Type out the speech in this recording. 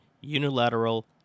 unilateral